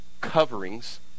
coverings